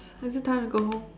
is it time to go home